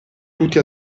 tutti